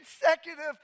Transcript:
consecutive